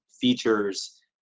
features